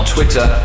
Twitter